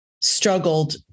struggled